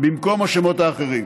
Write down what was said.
במקום השמות האחרים.